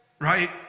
right